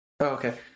okay